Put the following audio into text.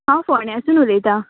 हांव फोण्यासून उलयतां